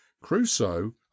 crusoe